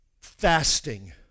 fasting